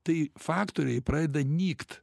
tai faktoriai pradeda nykt